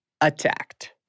attacked